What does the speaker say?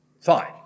Fine